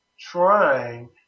trying